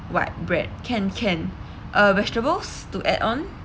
white bread can can uh vegetables to add-on